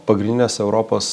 pagrindinės europos